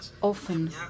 often